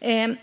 direkt.